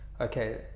okay